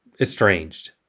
estranged